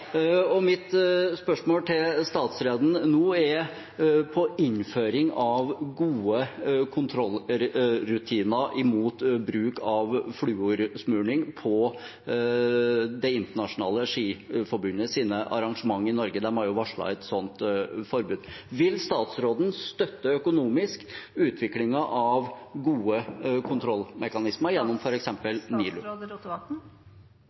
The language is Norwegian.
Mitt spørsmål til statsråden nå handler om innføring av gode kontrollrutiner for bruk av fluorsmøring på Det internasjonale skiforbundets arrangementer i Norge. De har varslet et slikt forbud. Vil statsråden støtte utviklingen av gode kontrollmekanismer økonomisk gjennom